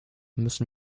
müssen